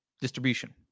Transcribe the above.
distribution